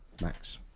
Max